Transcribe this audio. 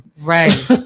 Right